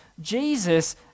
Jesus